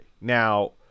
Now